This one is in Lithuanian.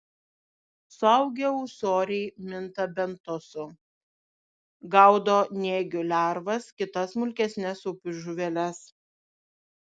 suaugę ūsoriai minta bentosu gaudo nėgių lervas kitas smulkesnes upių žuveles